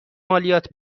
مالیات